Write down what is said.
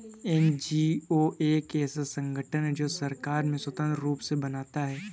NGO एक ऐसा संगठन है जो सरकार से स्वतंत्र रूप से बनता है